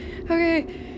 Okay